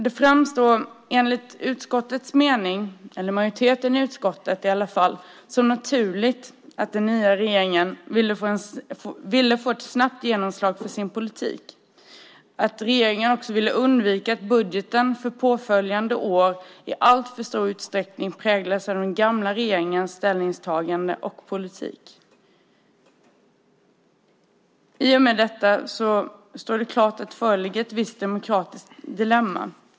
Det framstår enligt utskottet, eller majoriteten i utskottet i alla fall, som naturligt att den nya regeringen ville få ett snabbt genomslag för sin politik. Regeringen ville också undvika att budgeten för påföljande år i allt för stor utsträckning skulle präglas av den gamla regeringens ställningstaganden och politik. I och med detta står det klart att det föreligger ett visst demokratiskt dilemma.